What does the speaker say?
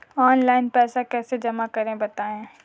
Online पैसा कैसे जमा करें बताएँ?